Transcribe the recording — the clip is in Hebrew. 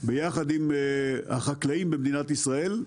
יחד עם החקלאים במדינת ישראל,